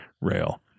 rail